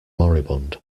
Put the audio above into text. moribund